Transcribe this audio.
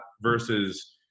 versus